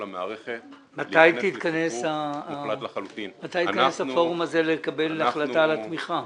מתי יתכנס הפורום הזה לקבל החלטה על התמיכה?